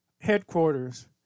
headquarters